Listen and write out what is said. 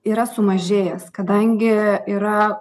yra sumažėjęs kadangi yra